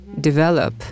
develop